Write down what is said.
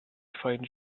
find